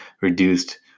reduced